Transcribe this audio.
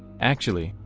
actually,